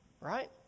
Right